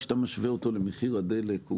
כשאתה משווה אותו למחיר הדלק,